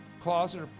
closet